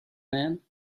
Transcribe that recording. man